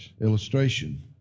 illustration